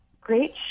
great